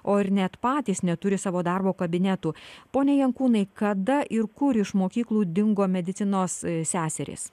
o ir net patys neturi savo darbo kabinetų pone jankūnai kada ir kur iš mokyklų dingo medicinos seserys